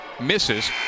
misses